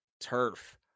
turf